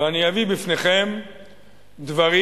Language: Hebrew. ואני אביא בפניכם דברים,